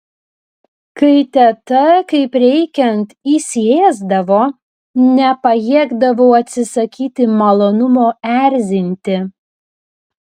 kai teta kaip reikiant įsiėsdavo nepajėgdavau atsisakyti malonumo erzinti